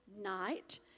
night